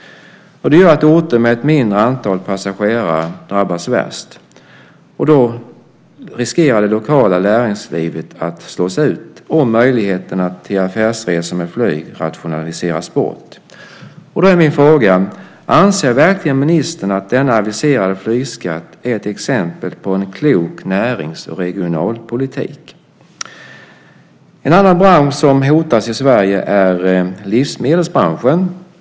Det gör att orter med ett mindre antal passagerare drabbas värst. Det lokala näringslivet riskerar att slås ut om möjligheterna till affärsresor med flyg rationaliseras bort. Då är min fråga: Anser verkligen ministern att denna aviserade flygskatt är ett exempel på en klok närings och regionalpolitik? En annan bransch som hotas i Sverige är livsmedelsbranschen.